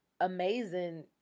amazing